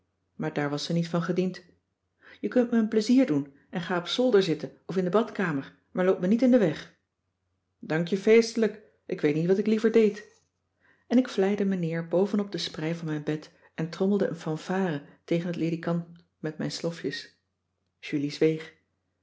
maar daar was ze niet van gediend je kunt me een pleizier doen en ga op zolder zitten of in de badkamer maar loop me niet in den weg dank je feestelijk ik weet niet wat ik liever deed en ik vleide me neer bovenop de sprei van mijn bed en trommelde een fanfare tegen het ledikant met mijn slofjes julie zweeg